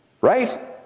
right